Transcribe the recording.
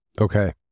Okay